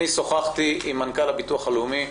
אני שוחחתי עם מנכ"ל הביטוח הלאומי,